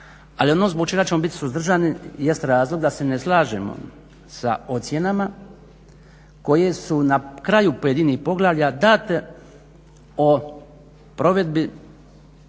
Ali ono zbog čega ćemo biti suzdržani jeste razlog da se ne slažemo sa ocjenama koje su na kraju pojedinih poglavlja date o provedbi